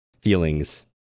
feelings